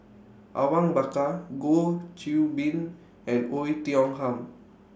Awang Bakar Goh Qiu Bin and Oei Tiong Ham